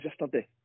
yesterday